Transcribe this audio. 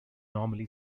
normally